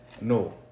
no